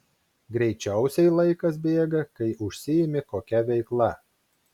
greičiausiai laikas bėga kai užsiimi kokia veikla